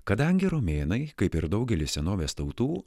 kadangi romėnai kaip ir daugelis senovės tautų